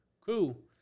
Cool